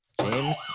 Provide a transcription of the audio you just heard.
James